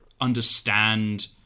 understand